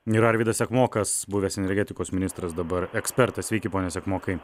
ir arvydas sekmokas buvęs energetikos ministras dabar ekspertas sveiki pone sekmokai